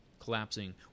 collapsing